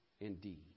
indeed